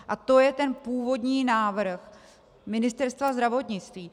A to je ten původní návrh Ministerstva zdravotnictví.